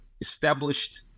established